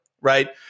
right